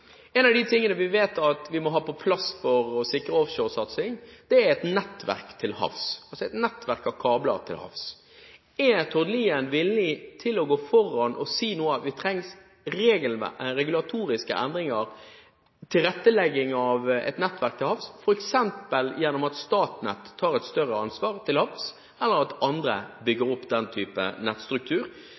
En av de tingene vi vet vi må ha på plass for å sikre offshoresatsing, er et nettverk av kabler til havs. Er Tord Lien villig til å gå foran og si at det trengs regulatoriske endringer, tilrettelegging av et nettverk til havs, f.eks. gjennom at Statnett tar et større ansvar til havs, eller at andre bygger opp den typen nettstruktur?